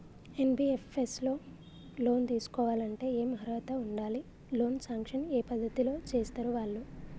NBFS లో loan తీస్కోవాలంటే ఏం అర్హత ఉండాలి? లోన్ సాంక్షన్ ఏ పద్ధతి లో చేస్తరు వాళ్లు?